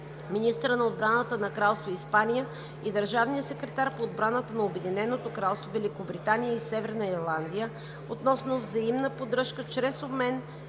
министъра на отбраната на Кралство Испания и държавния секретар по отбраната на Обединеното кралство Великобритания и Северна Ирландия относно взаимна поддръжка чрез обмен